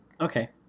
okay